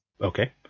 Okay